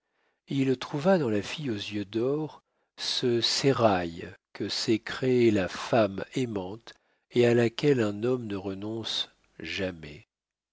il trouva dans la fille aux yeux d'or ce sérail que sait créer la femme aimante et à laquelle un homme ne renonce jamais